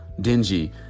dingy